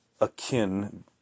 akin